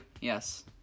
yes